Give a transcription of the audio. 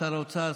שר האוצר,